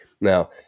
Now